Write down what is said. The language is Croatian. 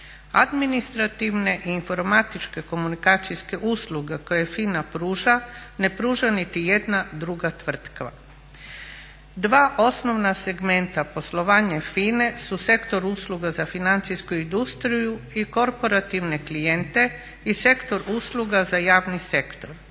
Administrativne i informatičke komunikacijske usluge koje FINA pruža ne pruža niti jedna druga tvrtka. Dva osnovna segmenta poslovanja FINA-e su Sektor usluga za financijsku industriju i korporativne klijente i Sektor usluga za javni sektor.